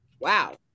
Wow